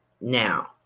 Now